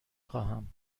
خواهم